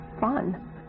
fun